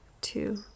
two